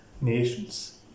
nations